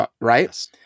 right